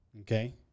Okay